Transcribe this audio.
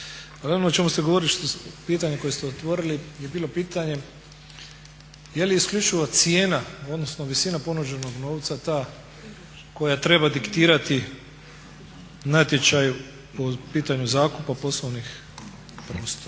o čemu ste govorili, pitanje koje ste otvorili je pitanje je li isključivo cijena odnosno visina ponuđenog novca ta koja treba diktirati natječaju po pitanju zakupa poslovnih prostora.